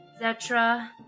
Zetra